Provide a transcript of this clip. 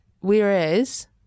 Whereas